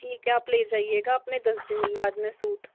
ठीक है आप ले जाइएगा अपने दस दिन बाद में सूट